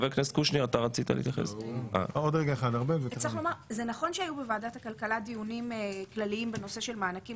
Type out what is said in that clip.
שזה נכון שהיו בוועדת הכלכלה דיונים כלליים בנושא של מענקים